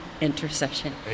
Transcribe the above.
intercession